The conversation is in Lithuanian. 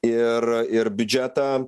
ir ir biudžetą